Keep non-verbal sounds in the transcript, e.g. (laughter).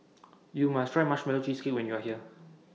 (noise) YOU must Try Marshmallow Cheesecake when YOU Are here